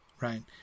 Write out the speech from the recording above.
right